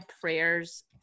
prayers